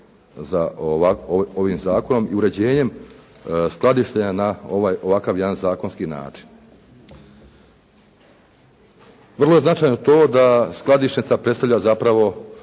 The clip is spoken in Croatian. za ovim zakonom i uređenjem skladištenja na ovaj ovakav jedan zakonski način. Vrlo je značajno to da skladišnica predstavlja zapravo